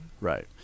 right